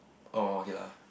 oh okay lah